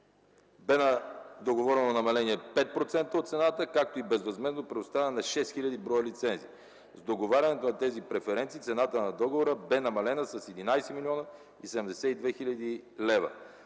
Бе договорено намаление 5% от цената, както и безвъзмездно предоставяне на 6 хил. броя лицензи. В договарянето на тези преференции цената на договора беше намалена с 11 млн. 72 хил. лв.